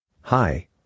Hi